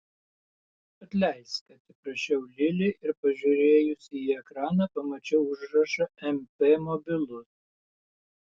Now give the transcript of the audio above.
atleisk atsiprašiau lili ir pažiūrėjusi į ekraną pamačiau užrašą mp mobilus